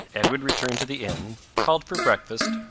edward returned to the inn, called for breakfast,